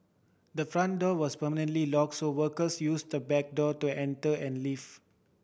the front door was permanently locked so workers used the back door to enter and leave